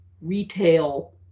retail